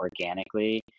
organically